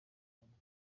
gufunga